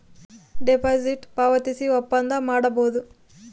deposit ಪಾವತಿಸಿ ಒಪ್ಪಂದ ಮಾಡಬೋದು